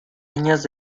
años